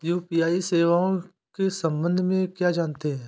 UPI सेवाओं के संबंध में क्या जानते हैं?